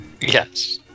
Yes